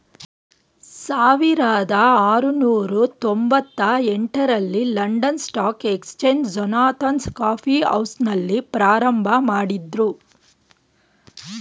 ಸಾವಿರದ ಆರುನೂರು ತೊಂಬತ್ತ ಎಂಟ ರಲ್ಲಿ London stock exchange Jonathan's coffee ಹೌಸ್ನಲ್ಲಿ ಪ್ರಾರಂಭಮಾಡಿದ್ರು